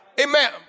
Amen